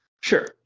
Sure